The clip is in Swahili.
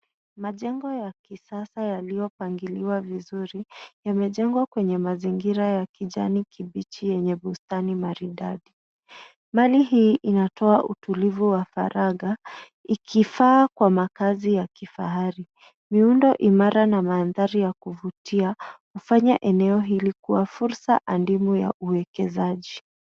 Majengo ya kisasa yaliyopangiliwa vizuri yamejengwa kwa mazingira ya kijani kibichi yenye bustani maridadi. Mali hii inatoa utulivu wa faraga ikifaa kwa makazi ya kifahari. Miundo imara na mandhari ya kuvutia hufanya eneo hili kuwa fursa adimu ya uwekezaji.